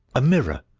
a mirror.